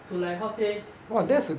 to like how to say mm